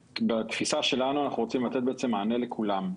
בתפיסה שלנו אנחנו רוצים לתת בעצם מענה לכולם.